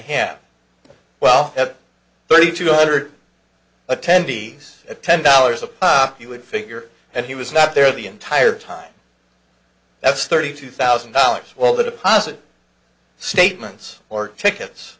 have well thirty two hundred attendees at ten dollars a pop you would figure and he was not there the entire time that's thirty two thousand dollars well the deposit statements or tickets